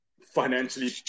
financially